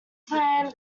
plan